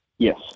Yes